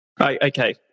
Okay